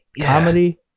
comedy